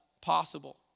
possible